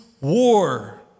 war